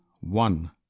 one